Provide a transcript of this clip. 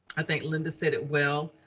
i think linda said it well,